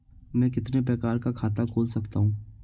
मैं कितने प्रकार का खाता खोल सकता हूँ?